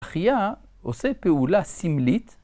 אחיה עושה פעולה סמלית,